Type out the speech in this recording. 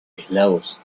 eslavos